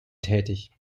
tätig